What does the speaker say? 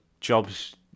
jobs